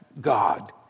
God